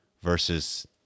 versus